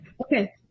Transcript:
Okay